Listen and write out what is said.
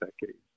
decades